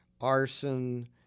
arson